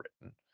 written